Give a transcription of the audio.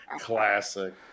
Classic